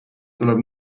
tuleb